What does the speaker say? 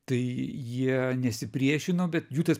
tai jie nesipriešino bet jų tas